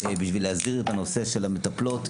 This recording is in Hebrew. בשביל להסדיר את נושא המטפלות.